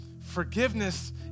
forgiveness